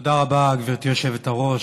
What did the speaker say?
תודה רבה, גברתי היושבת-ראש.